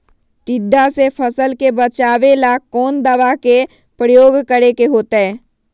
टिड्डा से फसल के बचावेला कौन दावा के प्रयोग करके होतै?